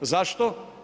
Zašto?